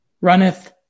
runneth